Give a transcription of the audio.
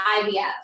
IVF